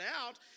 out